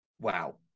Wow